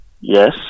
yes